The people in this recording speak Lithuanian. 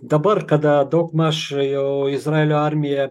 dabar kada daugmaž jau izraelio armija